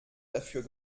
dafür